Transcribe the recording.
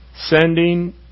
sending